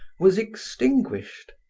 was extinguished.